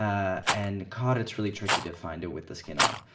um and cod, it's really tricky to find it with the skin on.